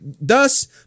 Thus